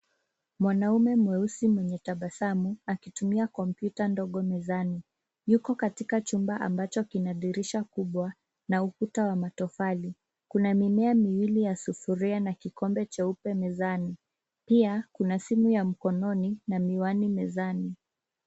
Mwanaume mweusi mwenye tabasamu akitumia kompyuta ndogo mezani. Yuko katika chumba ambacho kina dirisha kubwa na ukuta wa matofali. Kuna mimea miwili ya sufuria na kikombe cheupe mezani. Pia kuna simu ya mkononi na miwani mezani.